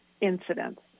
incidents